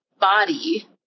body